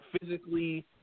physically